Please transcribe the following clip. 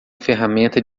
ferramenta